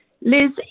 Liz